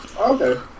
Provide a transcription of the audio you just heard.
Okay